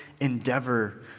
endeavor